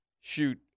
Shoot